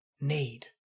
need